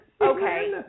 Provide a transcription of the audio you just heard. Okay